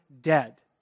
dead